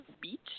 beach